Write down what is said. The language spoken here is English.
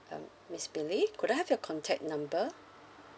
um miss billy could I have your contact number